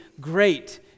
great